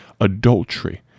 Adultery